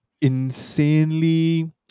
insanely